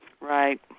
Right